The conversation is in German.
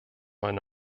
eine